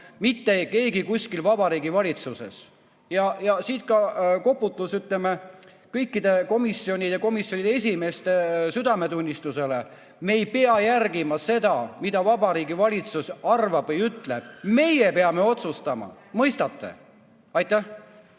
mitte keegi kuskil Vabariigi Valitsuses. Ja siit ka koputus, ütleme, kõikide komisjonide ja komisjonide esimeeste südametunnistusele: me ei pea järgima seda, mida Vabariigi Valitsus arvab või ütleb. Meie peame otsustama, mõistate? Aitäh!